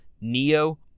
Neo